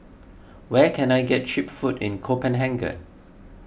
where can I get Cheap Food in Copenhagen